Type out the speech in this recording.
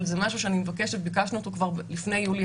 זה משהו שביקשנו אותו כבר לפני יולי